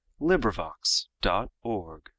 LibriVox.org